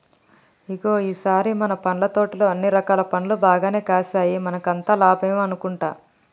ఇగో ఈ సారి మన పండ్ల తోటలో అన్ని రకాల పండ్లు బాగా కాసాయి మనకి అంతా లాభమే అనుకుంటా